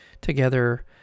together